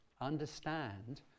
understand